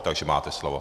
Takže máte slovo.